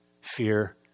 fear